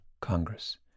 Congress